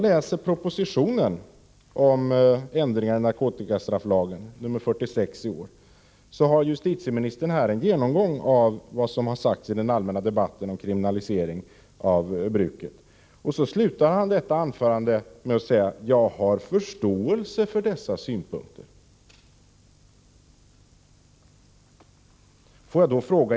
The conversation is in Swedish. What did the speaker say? I propositionen om ändringar av narkotikastrafflagen, nr 46 i år, gör justitieministern en genomgång av vad som har sagts i den allmänna debatten om kriminaliseringen av bruket av narkotika. Han slutar detta anförande med att säga: Jag har förståelse för dessa synpunkter.